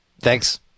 Thanks